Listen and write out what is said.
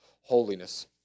holiness